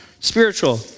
Spiritual